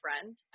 friend